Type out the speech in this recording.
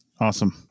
Awesome